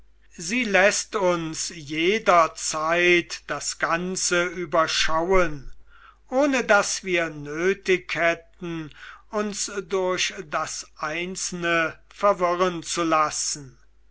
sie läßt uns jederzeit das ganze überschauen ohne daß wir nötig hätten uns durch das einzelne verwirren zu lassen